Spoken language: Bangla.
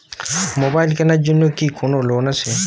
মোবাইল কেনার জন্য কি কোন লোন আছে?